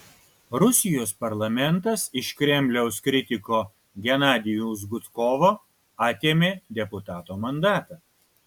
rusijos parlamentas iš kremliaus kritiko genadijaus gudkovo atėmė deputato mandatą